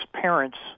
parents